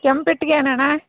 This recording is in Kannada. ಕೆಂಪು ಪೆಟ್ಟಿಗೇನಣ್ಣ